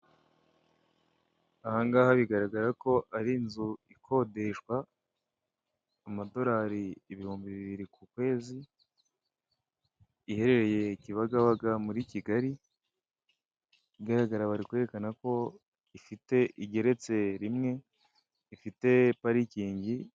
Ahangaha bigaragara ko ari inzu ikodeshwa amadorari ibihumbi bibiri ku kwezi, iherereye Kibagabaga muri Kigali. Mubigaragara bari kwerekana ko igeretse rimwe ifite parikingi.